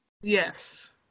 Yes